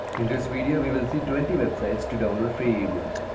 in this video we will see twenty websites to download free ebooks.